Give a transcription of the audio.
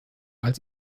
als